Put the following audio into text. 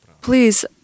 please